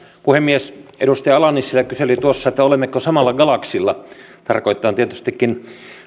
puhemies edustaja ala nissilä kyseli tuossa olemmeko samalla galaksilla tarkoittaen tietystikin